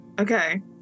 Okay